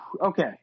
Okay